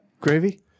gravy